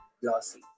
glossy